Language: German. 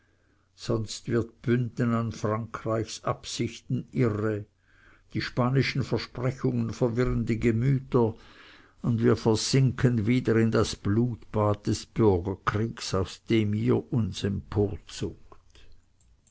sonst wird bünden an frankreichs absichten irre die spanischen versprechungen verwirren die gemüter und wir versinken wieder in das blutbad des bürgerkrieges aus dem ihr uns